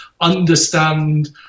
understand